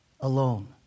Alone